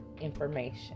information